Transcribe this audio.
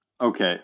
okay